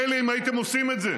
מילא אם הייתם עושים את זה.